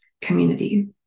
community